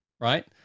Right